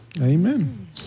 Amen